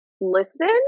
listen